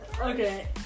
Okay